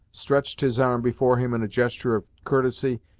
stretched his arm before him in a gesture of courtesy,